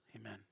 Amen